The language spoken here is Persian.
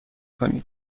کنید